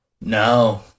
No